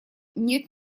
нет